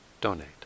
donate